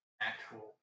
actual